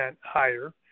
higher